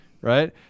right